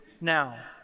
Now